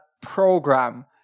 program